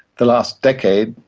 the last decade,